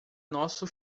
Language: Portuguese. nosso